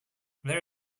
there